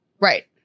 Right